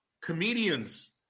comedians